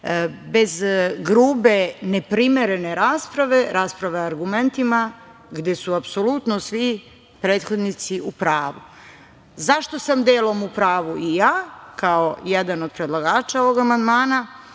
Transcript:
bez grube, neprimerene rasprave, rasprave argumentima, gde su apsolutno svi prethodnici u pravu.Zašto sam delom u pravu i ja kao jedan od predlagača ovog amandmana